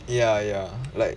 ya ya like